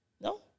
No